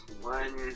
one